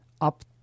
up